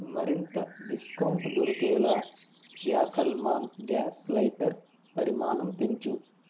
మరింత డిస్కౌంట్ దొరికేలా ఫ్యాకల్మాన్ గ్యాస్ లైటర్ పరిమాణం పెంచు